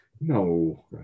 No